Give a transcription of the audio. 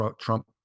trump